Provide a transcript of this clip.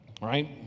right